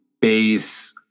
base